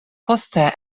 poste